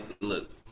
look